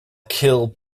kill